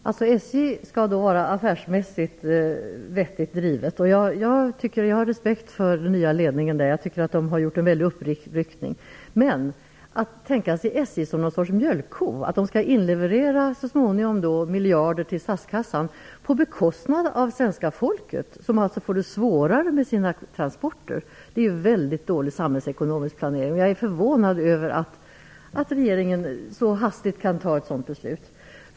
Herr talman! SJ skall drivas affärsmässigt vettigt. Jag har respekt för den nya ledningen, som jag tycker har gjort en väldig uppryckning. Men det är svårt att tänka sig SJ som någon sorts mjölkko, som så småningom skall inleverera miljarder till statskassan på bekostnad av svenska folket, som alltså får det svårare med sina transporter. Det är väldigt dålig samhällsekonomisk planering. Jag är förvånad över att regeringen så hastigt kan fatta ett sådant beslut.